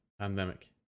Pandemic